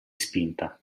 spinta